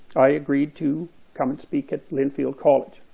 i agreed to come and speak at linfield college.